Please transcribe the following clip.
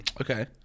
Okay